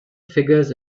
figures